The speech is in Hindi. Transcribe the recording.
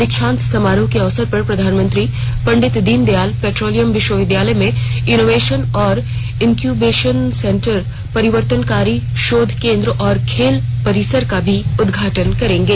दीक्षांत समारोह के अवसर पर प्रधानमंत्री पंडित दीनदयाल पेट्रोलियम विश्वविद्यालय में इनोवेशन और इन्क्यूसबेशन सेंटर परिवर्तनकारी शोध केंद्र और खेल परिसर का उदघाटन भी करेंगे